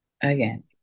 Again